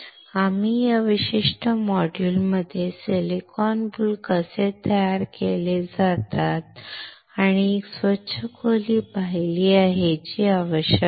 आम्ही या विशिष्ट मॉड्यूलमध्ये सिलिकॉन बुल कसे तयार केले जातात आणि एक स्वच्छ खोली पाहिली आहे जी आवश्यक आहे